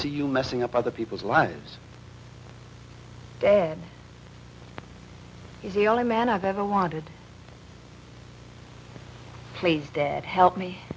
see you messing up other people's lives dad is the only man i've ever wanted please dad help me